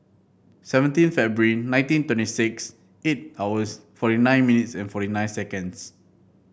seventeen February nineteen twenty six eight hours forty nine minutes and forty nine seconds